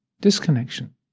disconnection